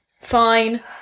Fine